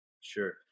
Sure